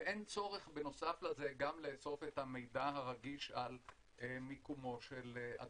ואין צורך בנוסף לזה גם לאסוף את המידע הרגיש על מיקומו של אדם.